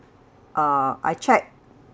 uh I checked